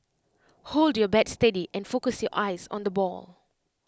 hold your bat steady and focus your eyes on the ball